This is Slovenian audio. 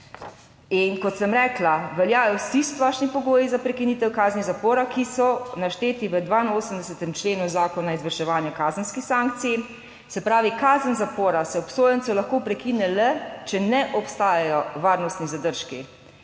In, kot sem rekla, veljajo vsi splošni pogoji za prekinitev kazni zapora, ki so našteti v 82. členu Zakona o izvrševanju kazenskih sankcij, se pravi kazen zapora se obsojencu lahko prekine le, če ne obstajajo varnostni zadržki.